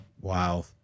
Wow